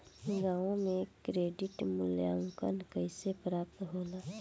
गांवों में क्रेडिट मूल्यांकन कैसे प्राप्त होला?